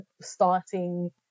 starting